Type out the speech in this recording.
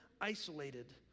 isolated